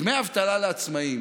דמי אבטלה לעצמאים